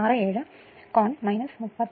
67 angle 37